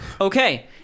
Okay